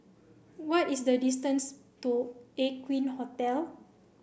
what is the distance to Aqueen Hotel